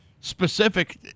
specific